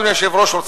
אדוני היושב-ראש,